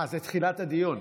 אה, זה תחילת הדיון?